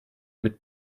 mit